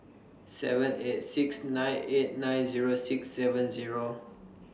seven eight six nine eight nine Zero six seven Zero